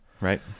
right